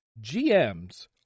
gms